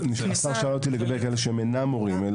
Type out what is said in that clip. השר שאל אותי על אנשים שהם אינם מורים.